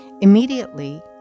Immediately